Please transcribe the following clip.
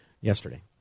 yesterday